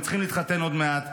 הם צריכים להתחתן עוד מעט.